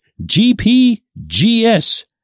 GPGS